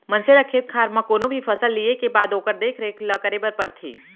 मनसे ल खेत खार म कोनो भी फसल लिये के बाद ओकर देख रेख ल करे बर परथे